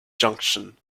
junction